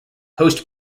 post